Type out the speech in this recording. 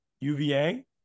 UVA